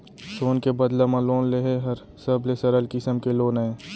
सोन के बदला म लोन लेहे हर सबले सरल किसम के लोन अय